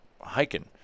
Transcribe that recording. hiking